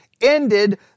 ended